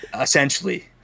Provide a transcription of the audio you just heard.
essentially